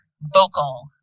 vocal